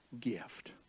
gift